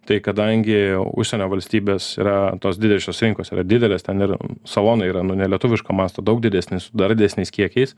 tai kadangi užsienio valstybės yra tos didžiosios rinkos yra didelės ten nežinau salonai yra nu nelietuviško masto daug didesni su dar didesniais kiekiais